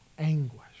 anguish